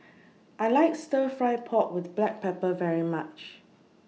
I like Stir Fry Pork with Black Pepper very much